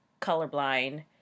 colorblind